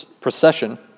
procession